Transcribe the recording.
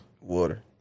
Water